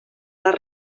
les